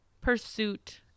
pursuit